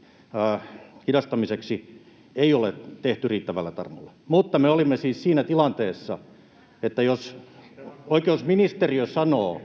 tarmolla. [Paavo Arhinmäen välihuuto] Mutta me olemme siis siinä tilanteessa, että jos oikeusministeriö sanoo,